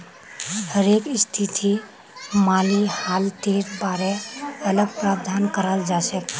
हरेक स्थितित माली हालतेर बारे अलग प्रावधान कराल जाछेक